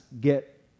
get